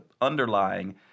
underlying